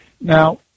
Now